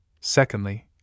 Secondly